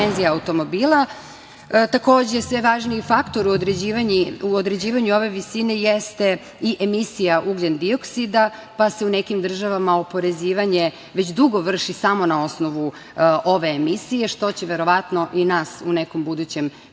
Takođe, sve važniji faktor u određivanju ove visine jeste i emisija ugljendioksida, pa se u nekim državama oporezivanje već dugo vrši samo na osnovu ove emisije, što će verovatno i nas u nekom budućem periodu